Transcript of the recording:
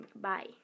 Bye